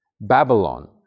Babylon